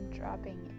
dropping